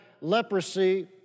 leprosy